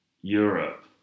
Europe